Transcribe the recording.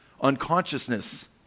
unconsciousness